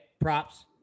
props